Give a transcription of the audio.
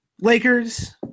lakers